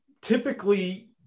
Typically